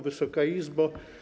Wysoka Izbo!